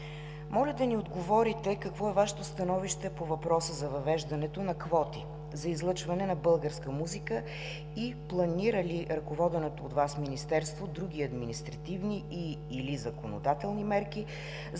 Моля да ни отговорите: какво е Вашето становище по въпроса за въвеждането на квоти за излъчване на българска музика и планира ли ръководеното от Вас Министерство други административни и/или законодателни мерки за постигането